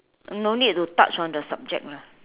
no need to touch on the subject lah